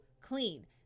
clean